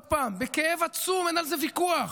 בכאב עצום, אין על זה ויכוח,